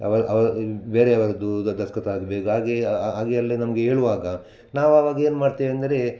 ಅವರ ಬೇರೆಯವರದ್ದು ದ ದಸ್ಕತ್ತಾಗಬೇಕು ಹಾಗೆ ಹಾಗೆಯಲ್ಲೇ ನಮಗೆ ಹೇಳುವಾಗ ನಾವಾವಗೇನು ಮಾಡ್ತೇವೆಂದರೆ